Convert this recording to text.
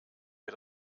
wer